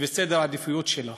וסדר העדיפויות שלה.